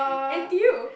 N_T_U